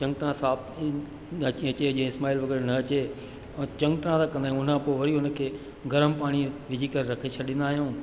चङ तरह साफ़ न थी अचे जीअं स्मैल वग़ैरह न अचे ऐं चङी तरहं सां कंदा आहियूं उन खां पोइ वरी उन खे गरम पाणीअ में विझी करे रखे छॾींदा आहियूं